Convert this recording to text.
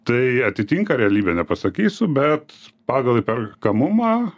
tai atitinka realybę nepasakysiu bet pagal įperkamumą